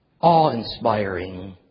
Awe-inspiring